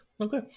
Okay